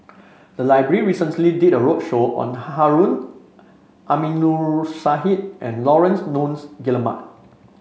the library recently did a roadshow on Harun Aminurrashid and Laurence Nunns Guillemard